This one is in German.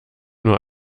nur